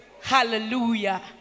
hallelujah